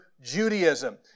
Judaism